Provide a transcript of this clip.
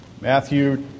Matthew